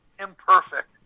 Imperfect